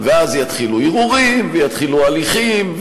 ואז יתחילו ערעורים ויתחילו הליכים.